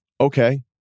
Okay